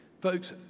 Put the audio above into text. Folks